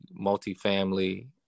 multifamily